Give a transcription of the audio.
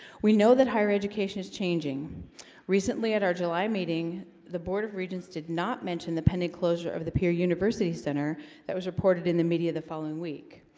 we know that higher education is changing recently at our july meeting the board of regents did not mention the pending closure of the pier university center that was reported in the media the following week.